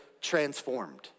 transformed